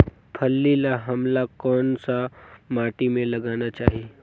फल्ली ल हमला कौन सा माटी मे लगाना चाही?